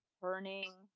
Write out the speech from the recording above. burning